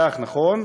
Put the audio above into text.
כך, נכון?